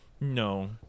No